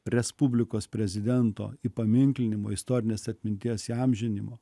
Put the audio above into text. respublikos prezidento įpaminklinimo istorinės atminties įamžinimo